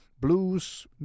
Blues